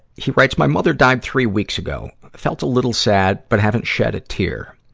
he writes, my mother died three weeks ago. felt a little sad, but haven't shed a tear.